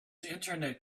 internet